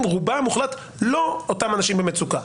ורובם המוחלט לא אותם אנשים במצוקה.